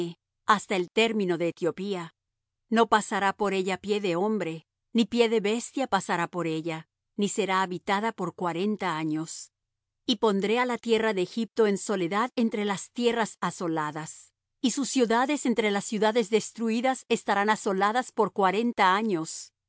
hasta el término de etiopía no pasará por ella pie de hombre ni pie de bestia pasará por ella ni será habitada por cuarenta años y pondré á la tierra de egipto en soledad entre las tierras asoladas y sus ciudades entre las ciudades destruidas estarán asoladas por cuarenta años